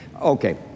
Okay